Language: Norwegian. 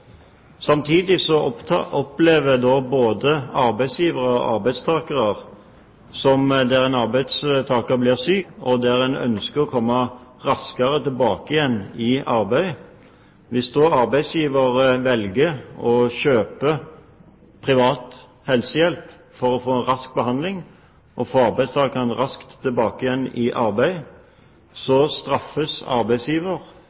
en arbeidstaker blir syk og ønsker å komme raskere tilbake igjen i arbeid, og hvis arbeidsgiveren velger å kjøpe privat helsehjelp for at arbeidstakeren skal få en rask behandling og komme raskt tilbake i arbeid,